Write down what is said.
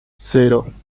cero